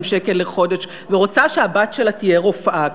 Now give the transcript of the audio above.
שקל לחודש ורוצה שהבת שלה תהיה רופאה,